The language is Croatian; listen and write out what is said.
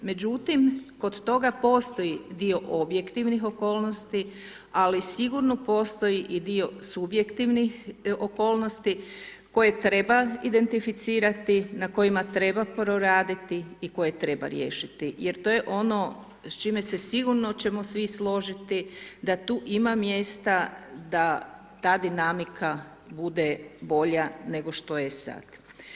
Međutim, kod toga postoji dio objektivnih okolnosti, ali sigurno postoji i dio subjektivnih okolnosti koje treba identificirati, na kojima treba proraditi i koje treba riješiti, jer to je ono s čime se sigurno oćemo svi složiti da tu ima mjesta da ta dinamika bude bolja nego što je sad.